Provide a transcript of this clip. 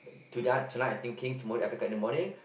the tonight tonight I thinking tomorrow I wake up in the morning